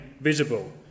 visible